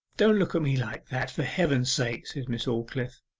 don't look at me like that, for heaven's sake said miss aldclyffe.